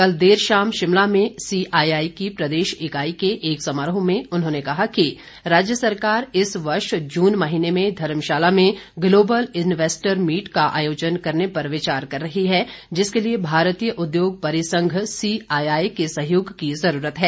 कल देर शाम शिमला में सीआईआई की प्रदेश इकाई के एक समारोह में उन्होंने कहा कि राज्य सरकार इस वर्ष जून महीने में धर्मशाला में ग्लोबल इन्वेस्टर मीट का आयोजन करने पर विचार कर रही है जिसके लिए भारतीय उद्योग परिसंघ सीआईआई के सहयोग की जरूरत है